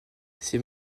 ses